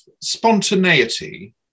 spontaneity